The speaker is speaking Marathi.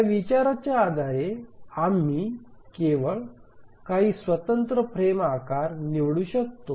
या विचाराच्या आधारे आम्ही केवळ काही स्वतंत्र फ्रेम आकार निवडू शकतो